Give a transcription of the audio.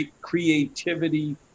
creativity